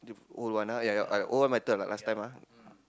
old one ah ya old one better last time ah